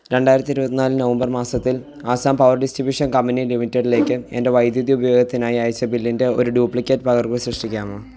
രണ്ടായിരത്തി ഇരുപത്തി നാല് നവംബർ മാസത്തിൽ Assam power distribution company limited ലേക്ക് എൻ്റെ വൈദ്യുതി ഉപയോഗത്തിനായി അയച്ച ബില്ലിൻ്റെ ഒരു ഡ്യൂപ്ലിക്കേറ്റ് പകർപ്പ് സൃഷ്ടിക്കാമോ